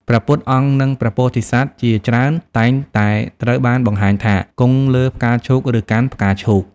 ព្រះពុទ្ធអង្គ និងព្រះពោធិសត្វជាច្រើនតែងតែត្រូវបានបង្ហាញថា គង់លើផ្កាឈូក ឬកាន់ផ្កាឈូក។